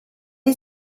est